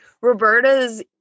Roberta's